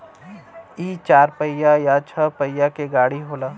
इ चार पहिया या छह पहिया के गाड़ी होला